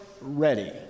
ready